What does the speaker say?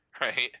right